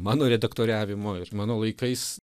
mano redaktoriavimo ir mano laikais